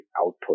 output